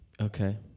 Okay